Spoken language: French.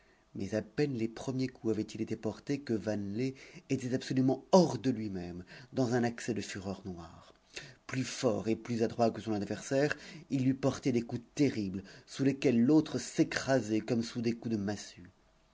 mais à peine les premiers coups avaient-ils été portés que vanelet était absolument hors de lui-même dans un accès de fureur noire plus fort et plus adroit que son adversaire il lui portait des coups terribles sous lesquels l'autre s'écrasait comme sous des coups de massue